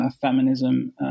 feminism